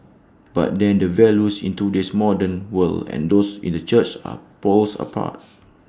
but then the values in today's modern world and those in the church are poles apart